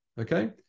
Okay